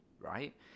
right